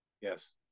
Yes